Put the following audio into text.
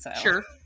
Sure